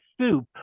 soup